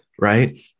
right